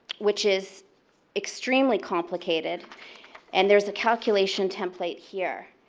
which is extremely complicated and there is a calculation template here.